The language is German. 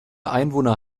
einwohner